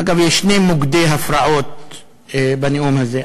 אגב, יש שני מוקדי הפרעות בנאום הזה: